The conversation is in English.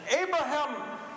Abraham